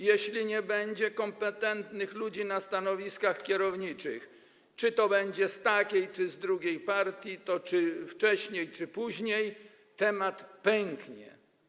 Jeśli nie będzie kompetentnych ludzi na stanowiskach kierowniczych, czy to będzie z jednej, czy z drugiej partii, to wcześniej czy później temat pęknie.